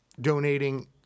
donating